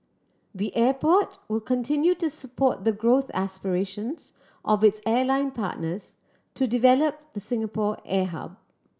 the airport will continue to support the growth aspirations of its airline partners to develop the Singapore air hub